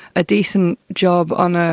a decent job on a,